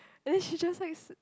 and she just likes